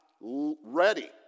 ready